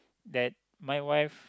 that my wife